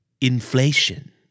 Inflation